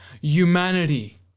humanity